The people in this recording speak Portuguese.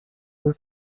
por